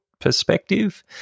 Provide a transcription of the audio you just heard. perspective